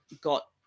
got